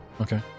okay